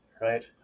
right